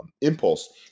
impulse